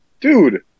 Dude